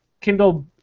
Kindle